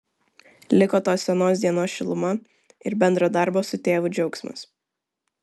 liko tos senos dienos šiluma ir bendro darbo su tėvu džiaugsmas